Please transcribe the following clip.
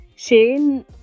Shane